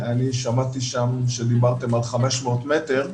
אני שמעתי שדיברתם על 500 מטר.